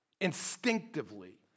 instinctively